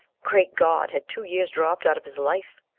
great god! had two years dropped out of his life?